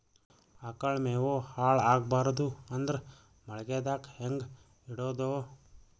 ಆಕಳ ಮೆವೊ ಹಾಳ ಆಗಬಾರದು ಅಂದ್ರ ಮಳಿಗೆದಾಗ ಹೆಂಗ ಇಡೊದೊ?